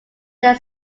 then